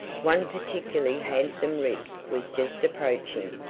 one particularly handsome rig was just approaching.